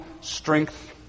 strength